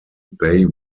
they